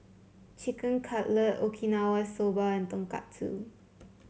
Chicken Cutlet Okinawa Soba and Tonkatsu